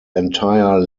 entire